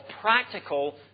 practical